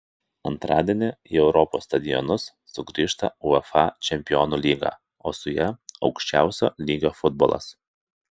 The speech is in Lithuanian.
antradienį į europos stadionus sugrįžta uefa čempionų lyga o su ja aukščiausio lygio futbolas